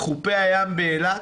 חופי הים באילת?